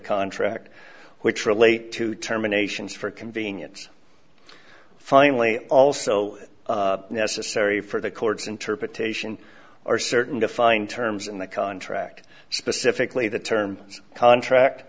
contract which relate to terminations for convenience finally also necessary for the cords interpretation or certain defined terms in the contract specifically the terms contract